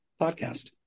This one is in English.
podcast